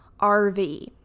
RV